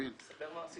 ספר לו מה עשית